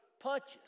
punches